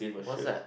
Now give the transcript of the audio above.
what's that